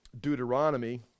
Deuteronomy